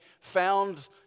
found